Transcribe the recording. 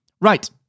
Right